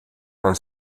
han